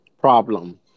problem